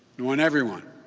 want everyone,